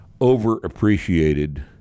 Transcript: overappreciated